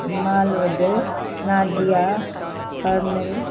small wood नादिया फर्निल